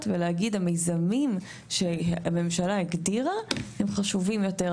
ולהגיד המיזמים שהממשלה הגדירה הם חשובים יותר.